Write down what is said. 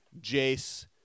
Jace